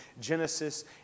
Genesis